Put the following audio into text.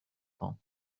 temps